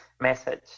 message